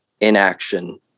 inaction